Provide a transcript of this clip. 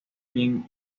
bien